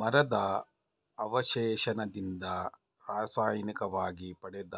ಮರದ ಅವಶೇಷದಿಂದ ರಾಸಾಯನಿಕವಾಗಿ ಪಡೆದ